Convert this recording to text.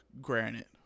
granite